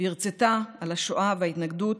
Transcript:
והרצתה על השואה וההתנגדות,